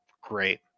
great